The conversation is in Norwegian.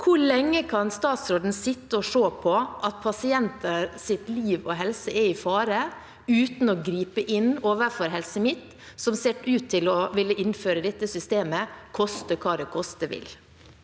Hvor lenge kan statsråden sitte og se på at pasienters liv og helse er i fare uten å gripe inn overfor Helse Midt-Norge, som ser ut til å ville innføre dette systemet koste hva det koste vil?